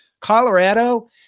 Colorado